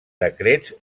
decrets